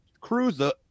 cruiser